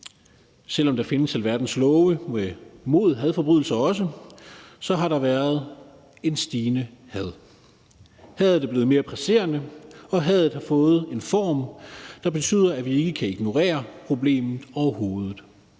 selv om der findes alverdens love mod hadforbrydelser også, har der været et stigende had. Hadet er blevet mere presserende, og hadet har fået en form, der betyder, at vi ikke kan ignorere problemet overhovedet.